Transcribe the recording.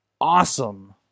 awesome